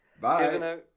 bye